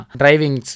driving